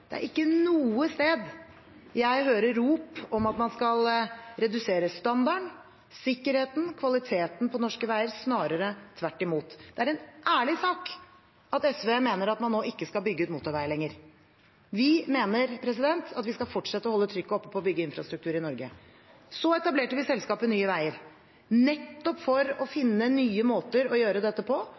Det er ikke noe sted jeg hører rop om at man skal redusere standarden, sikkerheten, kvaliteten på norske veier, snarere tvert imot. Det er en ærlig sak at SV nå mener at vi ikke skal bygge ut motorvei lenger. Vi mener at vi skal fortsette og holde trykket oppe på å bygge infrastruktur i Norge. Så etablerte vi selskapet Nye veier, nettopp for å finne nye måter å gjøre dette på